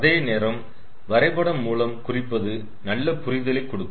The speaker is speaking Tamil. அதேநேரம் வரைபடம் மூலம் குறிப்பது நல்ல புரிதலை கொடுக்கும்